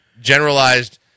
generalized